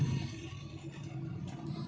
బాస్మతి వరి సాగు ఏ విధంగా చేసుకోవాలి?